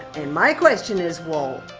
and my question is well,